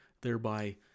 thereby